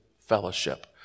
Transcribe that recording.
fellowship